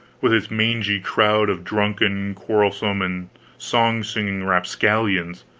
with its mangy crowd of drunken, quarrelsome, and song-singing rapscallions.